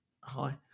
Hi